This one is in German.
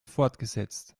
fortgesetzt